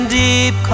deep